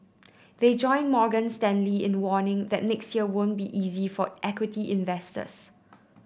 they join Morgan Stanley in warning that next year won't be easy for equity investors